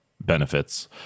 benefits